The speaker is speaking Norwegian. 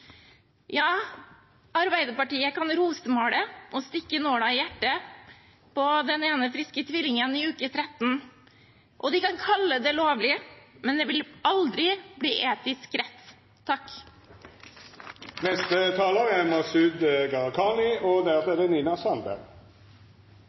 Ja, Arbeiderpartiet kan rosemale og stikke nåla i hjertet på den ene friske tvillingen i uke 13, og de kan kalle det lovlig, men det vil aldri bli etisk rett. Fra representanter for regjeringen blir det sagt at dette er